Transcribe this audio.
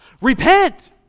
Repent